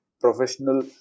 professional